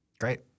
Great